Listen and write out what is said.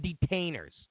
detainers